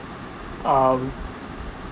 um